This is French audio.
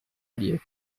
allier